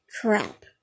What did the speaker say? crap